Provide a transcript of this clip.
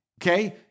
Okay